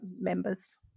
members